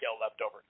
leftover